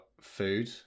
food